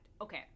Okay